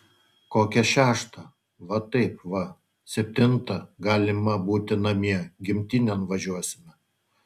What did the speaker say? kokią šeštą va taip va septintą galima būti namie gimtinėn važiuosime